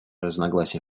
разногласия